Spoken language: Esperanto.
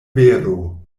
vero